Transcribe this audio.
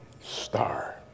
star